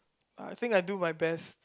I think I do my best